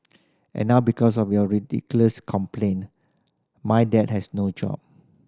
and now because of your ridiculous complaint my dad has no job